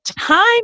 time